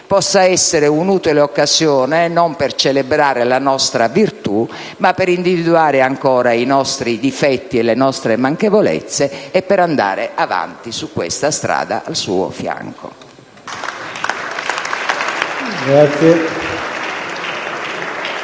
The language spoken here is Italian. possa essere un'utile occasione, non per celebrare la nostra virtù, ma per individuare ancora i nostri difetti e le nostre manchevolezze e per andare avanti su questa strada al suo fianco.